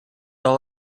all